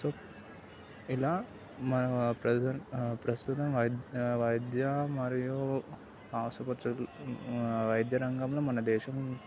ఇలా మన ప్రజెంట్ ప్రస్తుత వైద్ వైద్య మరియు ఆసుపత్రి వైద్యరంగంలో మన దేశం